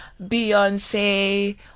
Beyonce